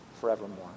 forevermore